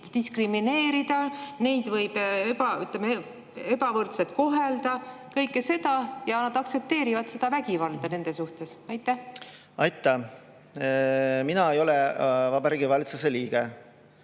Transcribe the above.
diskrimineerida, neid võib ebavõrdselt kohelda, kõike seda, ja nad aktsepteerivad vägivalda nende suhtes? Aitäh! Mina ei ole Vabariigi Valitsuse liige